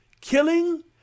killing